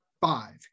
Five